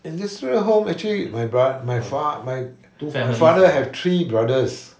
ancestral home actually my brot~ my fa~ my father has three brothers